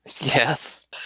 Yes